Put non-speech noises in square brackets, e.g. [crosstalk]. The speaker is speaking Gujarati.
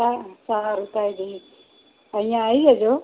હા સવારે [unintelligible] અહીંયા આવી જજો